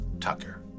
Tucker